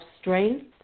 strength